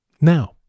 Now